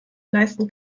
leisten